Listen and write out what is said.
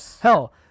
hell